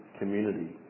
community